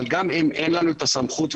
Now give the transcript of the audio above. אבל גם אם אין לנו את הסמכות,